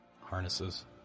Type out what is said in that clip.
harnesses